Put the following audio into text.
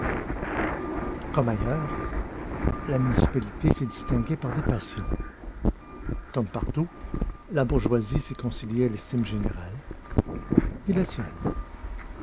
comme ailleurs la municipalité s'y distinguait par des passions comme partout la bourgeoisie s'y conciliait l'estime générale et la sienne